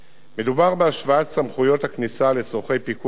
מדובר בהשוואת סמכויות הכניסה לצורכי פיקוח בנושא